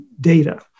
data